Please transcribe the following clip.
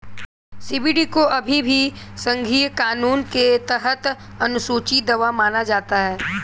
CBD को अभी भी संघीय कानून के तहत अनुसूची दवा माना जाता है